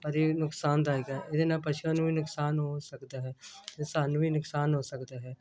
ਪਰ ਇਹ ਨੁਕਸਾਨਦਾਇਕ ਹੈ ਇਹਦੇ ਨਾਲ ਪਸ਼ੂਆਂ ਨੂੰ ਵੀ ਨੁਕਸਾਨ ਹੋ ਸਕਦਾ ਹੈ ਅਤੇ ਸਾਨੂੰ ਵੀ ਨੁਕਸਾਨ ਹੋ ਸਕਦਾ ਹੈ